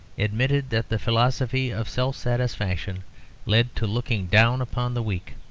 admitted that the philosophy of self-satisfaction led to looking down upon the weak,